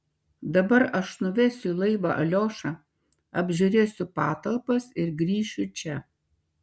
dabar aš nuvesiu į laivą aliošą apžiūrėsiu patalpas ir grįšiu čia